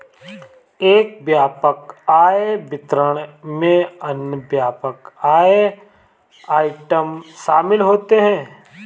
एक व्यापक आय विवरण में अन्य व्यापक आय आइटम शामिल होते हैं